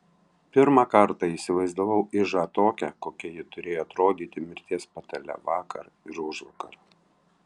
pirmą kartą įsivaizdavau ižą tokią kokia ji turėjo atrodyti mirties patale vakar ir užvakar